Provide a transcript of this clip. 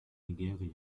nigeria